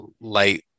light